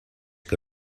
que